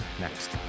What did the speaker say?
next